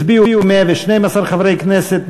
הצביעו 112 חברי כנסת.